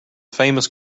famous